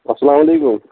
اَسَلامُ عَلیکُم